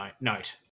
note